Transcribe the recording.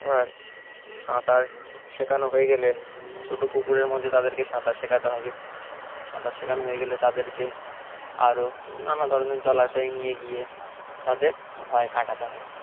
এবার সাঁতার শেখানো হয়ে গেলে ছোটো পুকুরের মধ্যে তাদেরকে সাঁতার শেখাতে হবে সাঁতার শেখানো হয়ে গেলে তাদেরকে আরও নানা ধরনের জলাশয় নিয়ে গিয়ে তাদের ভয় কাটাতে হবে